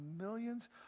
millions